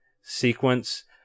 sequence